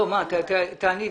תעני בבקשה.